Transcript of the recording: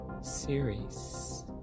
series